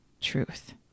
truth